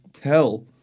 hell